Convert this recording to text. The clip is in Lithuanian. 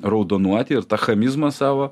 raudonuoti ir tą chamizmą savo